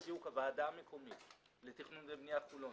דיוק: הוועדה המקומית לתכנון ובנייה בחולון,